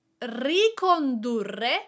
Ricondurre